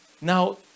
Now